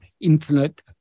infinite